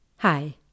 Hi